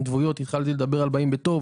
התחלתי לדבר על פרויקט ׳באים בטוב׳,